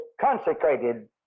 consecrated